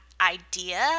idea